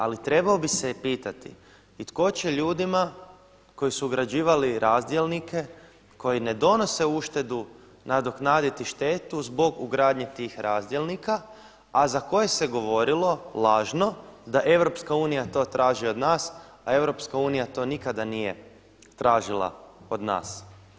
Ali trebao bi se pitati i tko će ljudima koji su ugrađivali razdjelnike koji ne donose uštedu nadoknaditi štetu zbog ugradnje tih razdjelnika, a za koje se govorilo lažno da Europska unija to traži od nas, a Europska unija to nikada nije tražila od nas.